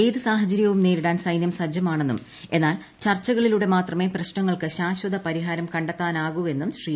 ഏതു സാഹചര്യവും നേരിടാൻ ഐസ്ന്യ് സജ്ജമാണെന്നും എന്നാൽ ചർച്ചകളിലൂടെ മാത്രമേ പ്രശ്മ്നങ്ങൾക്ക് ശാശ്വത പരിഹാരം കണ്ടെത്താനാകൂ എന്നൂർ ്യൂർ ീ